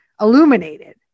illuminated